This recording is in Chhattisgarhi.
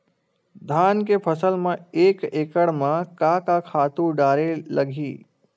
धान के फसल म एक एकड़ म का का खातु डारेल लगही?